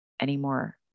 anymore